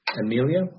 Amelia